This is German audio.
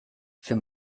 für